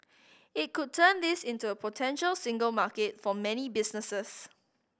it could turn this into a potential single market for many businesses